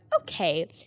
okay